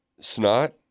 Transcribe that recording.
snot